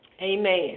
Amen